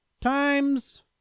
Times